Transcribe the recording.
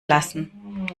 lassen